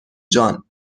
جان